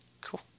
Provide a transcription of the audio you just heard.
Cool